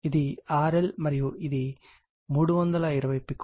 ఇది R L మరియు ఇది 320 pF